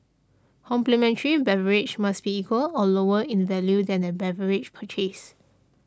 complimentary beverage must be equal or lower in value than beverage purchased